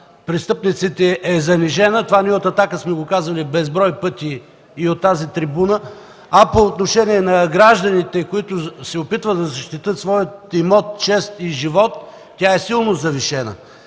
престъпниците е занижена – от „Атака” сме го казвали безброй пъти и от тази трибуна, а по отношение на гражданите, които се опитват да защитят своя имот, чест и живот, тя е силно завишена!